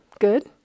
good